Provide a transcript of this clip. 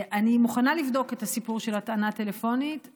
אני מוכנה לבדוק את הסיפור של הטענה טלפונית.